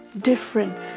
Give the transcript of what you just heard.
different